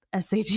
SAT